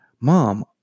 Mom